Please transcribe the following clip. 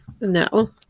No